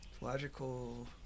logical